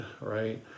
right